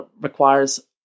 requires